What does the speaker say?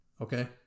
Okay